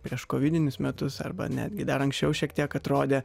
prieš kovidinius metus arba netgi dar anksčiau šiek tiek atrodė